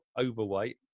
overweight